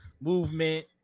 movement